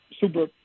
super